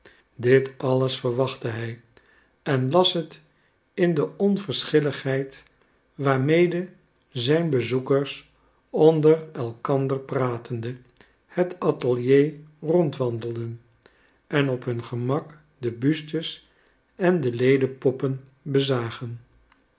dit alles verwachtte hij en las het in de onverschilligheid waarmede zijn bezoekers onder elkander pratende het atelier rondwandelden en op hun gemak de bustes en de ledepoppen bezagen